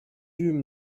eûmes